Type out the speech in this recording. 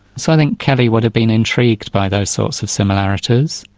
so i think kelly would have been intrigued by those sorts of similarities.